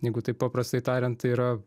jeigu taip paprastai tariant tai yra